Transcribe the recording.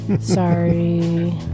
Sorry